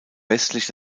westlich